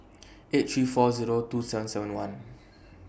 eight three four Zero two seven seven one